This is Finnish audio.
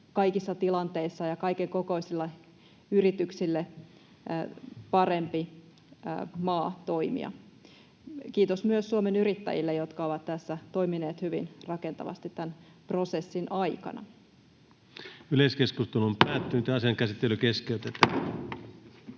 kaikissa tilanteissa ja kaikenkokoisille yrityksille parempi maa toimia. Kiitos myös Suomen yrittäjille, jotka ovat tässä toimineet hyvin rakentavasti tämän prosessin aikana. [Speech 325] Speaker: Toinen